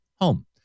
home